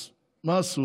אז מה עשו?